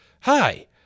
hi